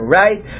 right